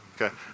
Okay